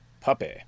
puppy